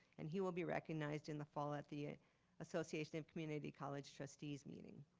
and he will be recognized in the fall at the association of community college trustees meeting.